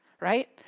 right